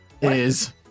is-